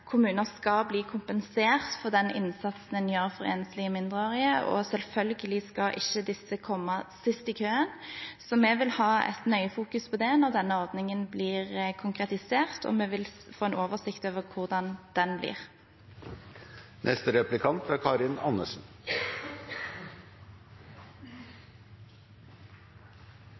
kommuner skal bli kompensert for den innsatsen en gjør for enslige mindreårige, og selvfølgelig skal ikke disse komme sist i køen. Så vi vil følge nøye med på det når denne ordningen blir konkretisert, og vi får en oversikt over hvordan den